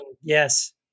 yes